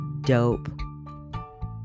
dope